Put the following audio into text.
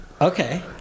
Okay